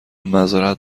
معذرت